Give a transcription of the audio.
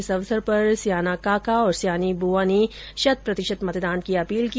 इस अवसर पर सयाना काका और सयानी बुआ ने शत प्रतिशत मतदान की अपील की